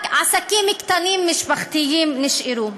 רק עסקים קטנים משפחתיים נשארו.